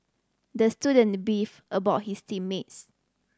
the student beefed about his team mates